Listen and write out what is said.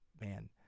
Man